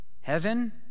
Heaven